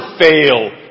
fail